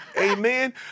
Amen